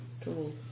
cool